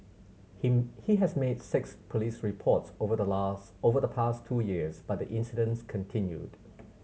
him he has made six police reports over the last over the past two years but the incidents continued